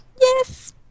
Yes